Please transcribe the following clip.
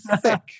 thick